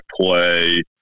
play